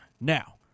Now